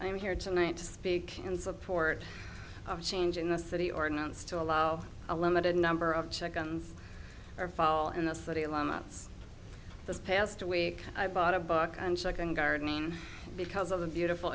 i'm here tonight to speak in support of changing the city ordinance to allow a limited number of chickens or fall in the city limits this past week i bought a book on second gardening because of the beautiful